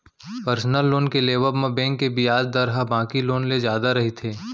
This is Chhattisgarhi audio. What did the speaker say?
परसनल लोन के लेवब म बेंक के बियाज दर ह बाकी लोन ले जादा रहिथे